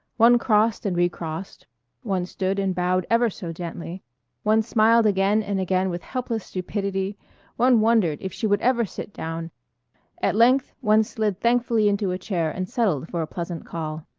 one crossed and recrossed one stood and bowed ever so gently one smiled again and again with helpless stupidity one wondered if she would ever sit down at length one slid thankfully into a chair and settled for a pleasant call.